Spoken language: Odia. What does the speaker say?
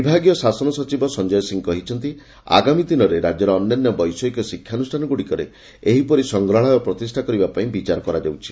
ବିଭାଗୀୟ ଶାସନ ସଚିବ ସଞ୍ଞୟ ସିଂହ କହିଛନ୍ତି ଆଗାମୀ ଦିନରେ ରାଜ୍ୟର ଅନ୍ୟାନ୍ୟ ବୈଷୟିକ ଶିକ୍ଷା ଅନୁଷ୍ଠାନଗୁଡ଼ିକରେ ଏହି ପରି ସଂଗ୍ରହାଳୟ ପ୍ରତିଷ୍ଠା କରିବା ପାଇଁ ବିଚାର କରାଯାଉଛି